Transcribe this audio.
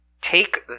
take